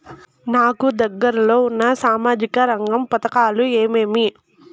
నాకు దగ్గర లో ఉన్న సామాజిక రంగ పథకాలు ఏమేమీ?